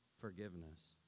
forgiveness